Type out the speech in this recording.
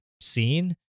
seen